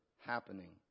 happening